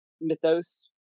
mythos